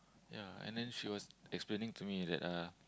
ya and then she was explaining to me that uh